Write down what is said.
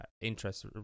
interest